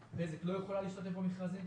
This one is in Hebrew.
תחרות נאותה לאזרח והוא לא יהיה תלוי בחברה אחת.